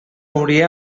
hauria